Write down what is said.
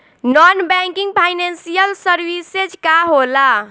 Non banking financial services का होला?